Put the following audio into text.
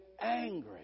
angry